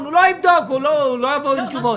אני לא יודע מה קרה בשבועות האחרונים,